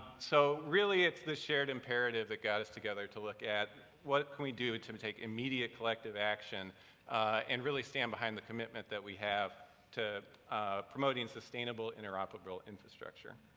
so really it's this shared imperative that got us together to look at, what can we do but to to take immediate collective action and really stand behind the commitment that we have to promoting sustainable, interoperable infrastructure?